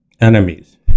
enemies